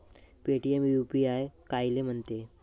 Paytm UPI कायले म्हनते?